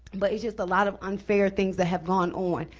but it's just a lot of unfair things that have gone on.